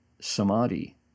samadhi